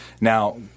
Now